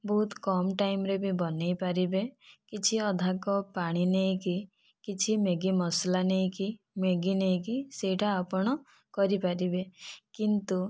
ବହୁତ କମ୍ ଟାଇମ୍ରେ ବି ବନାଇପାରିବେ କିଛି ଅଧା କପ୍ ପାଣି ନେଇକି କିଛି ମ୍ୟାଗି ମସଲା ନେଇକି ମ୍ୟାଗି ନେଇକି ସେଇଟା ଆପଣ କରିପାରିବେ କିନ୍ତୁ